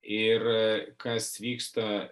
ir kas vyksta